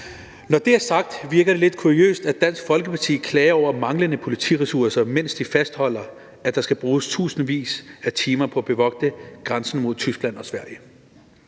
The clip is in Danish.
Når det er sagt, virker det lidt kuriøst, at Dansk Folkeparti klager over manglende politiressourcer, mens de fastholder, at der skal bruges tusindvis af timer på at bevogte grænsen mod Tyskland og Sverige.